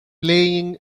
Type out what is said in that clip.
playing